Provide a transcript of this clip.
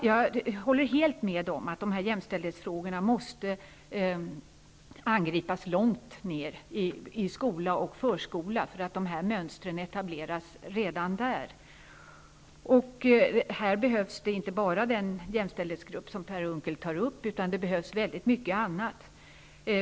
Jag håller helt med om att jämställdhetsfrågorna måste angripas långt ned, i skola och förskola, då dessa mönster etableras redan där. Det behövs inte bara den jämställdhetsgrupp som Per Unckel tar upp, utan det behövs väldigt mycket annat.